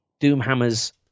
Doomhammer's